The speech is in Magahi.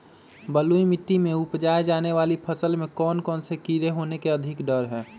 बलुई मिट्टी में उपजाय जाने वाली फसल में कौन कौन से कीड़े होने के अधिक डर हैं?